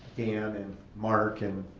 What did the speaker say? dan, and mark, and